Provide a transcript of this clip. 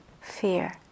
fear